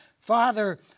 Father